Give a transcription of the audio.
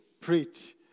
preach